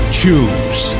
choose